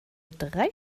drei